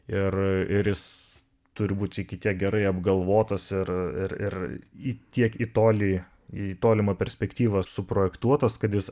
ir ir jis turi būt iki tiek gerai apgalvotas ir ir ir į tiek į tolį į tolimą perspektyvą suprojektuotas kad jis